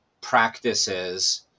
practices